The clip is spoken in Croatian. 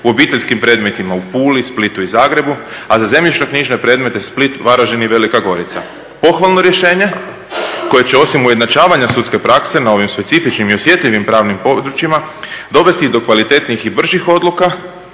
U obiteljskim predmetima u Puli, Splitu i Zagrebu, a za zemljišno-knjižne predmete Split, Varaždin i Velika Gorica. Pohvalno rješenje koje će osim ujednačavanja sudske prakse na ovim specifičnim i osjetljivim pravnim područjima dovesti i do kvalitetnijih i bržih odluka,